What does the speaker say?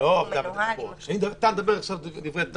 אתה מדבר עכשיו דברי טעם.